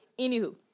Anywho